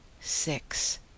Six